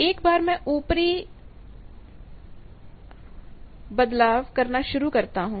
एक बार मैं ऊपरी वाली में बदलाव करना शुरू करता हूं